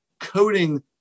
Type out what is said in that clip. coding